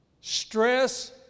Stress